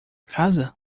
casa